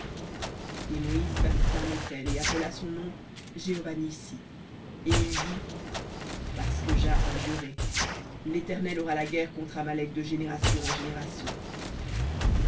et moïse bâtit un autel et appela son nom jéhovah nissi et il dit parce que jah a juré l'éternel aura la guerre contre amalek de génération en génération